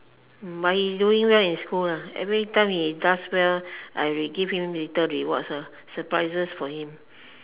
but he doing well in school lah every time he does well I will give him little rewards lah surprises for him